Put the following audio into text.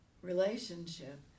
relationship